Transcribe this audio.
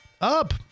up